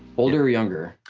older or younger?